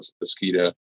mosquito